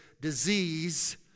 disease